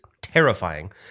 terrifying